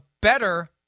better